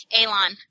Alon